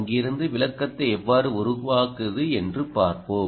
அங்கிருந்து விளக்கத்தை எவ்வாறு உருவாக்குவது என்று பார்ப்போம்